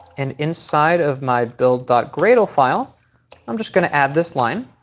and inside of my build gradle file i'm just going to add this line.